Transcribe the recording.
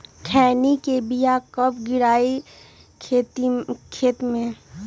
खैनी के बिया कब गिराइये खेत मे?